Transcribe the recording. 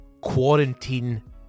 quarantine